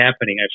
happening